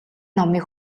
номыг